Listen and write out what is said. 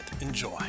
Enjoy